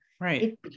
Right